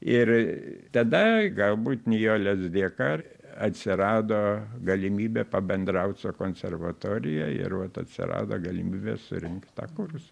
ir tada galbūt nijolės dėka atsirado galimybė pabendraut su konservatorija ir vat atsirado galimybė surinkt tą kursą